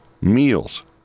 meals